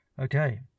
Okay